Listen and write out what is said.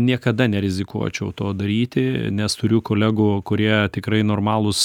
niekada nerizikuočiau to daryti nes turiu kolegų kurie tikrai normalūs